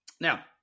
Now